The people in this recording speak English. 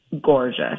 gorgeous